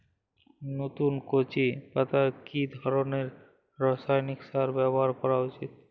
নতুন কচি পাতায় কি ধরণের রাসায়নিক সার ব্যবহার করা উচিৎ?